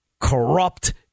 corrupt